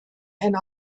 and